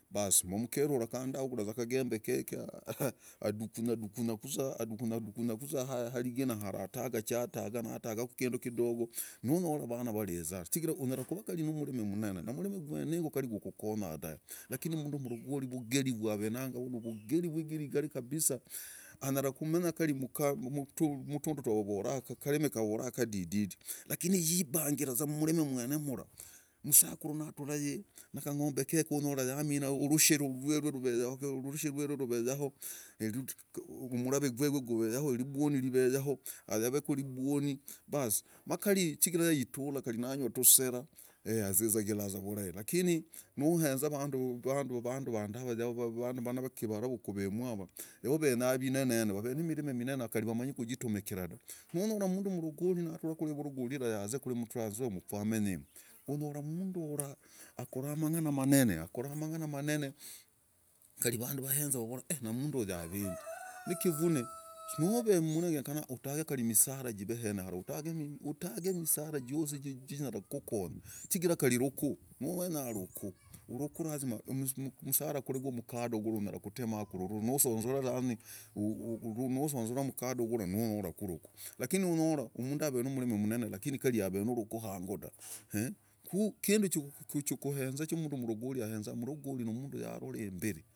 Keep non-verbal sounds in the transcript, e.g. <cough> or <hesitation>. Baas mumkerura kandi avuguraza kagembe keke adukunya dukunya kuzaa harigina hara ataga chataga matagaku kindu kidogo muonyora avana variza chigira unyara kari kuvaa numrimi umnene. numrimi gwenigwo gokonya dae lakini umndu mrogori vogeri vwavenangavwo novogeri vwagirigari kabisaa anyara komenya kari mtundu twovora mkarimi kadidi lakini lakini yibangiraza mmurimi mwene mra msakuru natura yira nakang'ombe keke onyora yamina urusyi rwirwe. urusyi rwirwe rove yaho. ayaveku ribwoni baas makari chigira yayitula anywa tosera azizagilazavurahi lakini nohenza vandu vandava yava vandu venava vanakivara vakomuava yavo venya vinene. vave nimirimi minene kari vamanyi kujitumikira da monyora umndu mrogori natura kuri evorogori yaze avundu kuri m- tranzyoya mwakamenyimu onyora umndura akora mang'ana manene akora mang'ana manene kari vandu vahenza vavora eeeh numunduyu avendi nikivuni move mmurimi genyekana utage kari imisara. jive henehara utage misara josi jinyara kokokonya chigira kari ruku. nuwenya ruku uruku lazima umusara kuri gwumkado gura unyara kotema nusunzura yaani nusunzura mkado gura onyuraku uruku. lakini onyora avenumrimi umnene lakini avenurukh hango dah <hesitation> kukindu chokohenza chumundu mrogori ahenza mrogori numundu yarora imbiri.